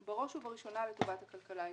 בראש ובראשונה לטובת הכלכלה הישראלית.